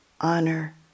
honor